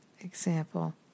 Example